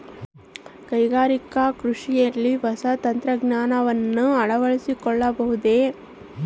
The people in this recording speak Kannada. ಕೈಗಾರಿಕಾ ಕೃಷಿಯಲ್ಲಿ ಹೊಸ ತಂತ್ರಜ್ಞಾನವನ್ನ ಅಳವಡಿಸಿಕೊಳ್ಳಬಹುದೇ?